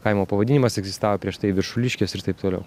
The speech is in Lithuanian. kaimo pavadinimas egzistavo prieš tai viršuliškės ir taip toliau